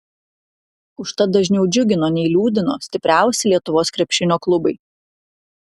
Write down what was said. užtat dažniau džiugino nei liūdino stipriausi lietuvos krepšinio klubai